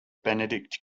benedict